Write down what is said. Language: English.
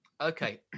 Okay